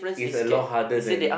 is a lot harder than